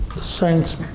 saints